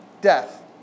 Death